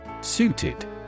Suited